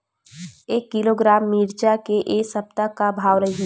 एक किलोग्राम मिरचा के ए सप्ता का भाव रहि?